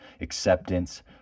acceptance